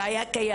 זה היה קיים.